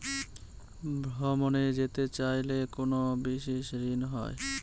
ভ্রমণে যেতে চাইলে কোনো বিশেষ ঋণ হয়?